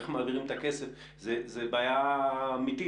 איך מעבירים את הכסף זו בעיה אמיתית,